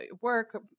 work